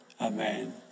Amen